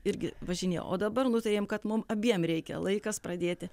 irgi važinėjau o dabar nutarėm kad mum abiem reikia laikas pradėti